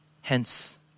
Hence